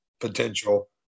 potential